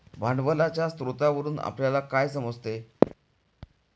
भांडवलाच्या स्रोतावरून आपल्याला काय समजते?